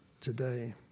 today